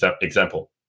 example